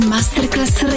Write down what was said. Masterclass